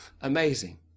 Amazing